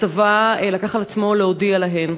הצבא לקח על עצמו להודיע להן,